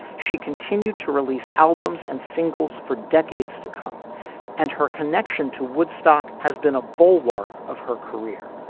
she continued to release albums and singles for decades to come and her connection to woodstock has been a bulwark of her career.